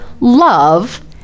love